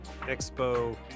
Expo